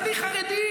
בוא, בוא, חביבי,